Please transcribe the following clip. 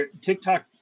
TikTok